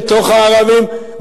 בתוך הערבים,